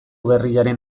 berriaren